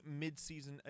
midseason